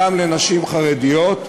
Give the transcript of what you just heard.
גם לנשים חרדיות,